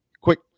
quick